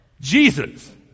Jesus